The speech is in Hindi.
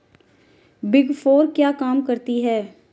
बिग फोर क्या काम करती है?